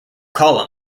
call